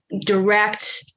direct